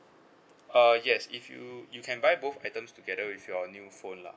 uh yes if you you can buy both items together with your new phone lah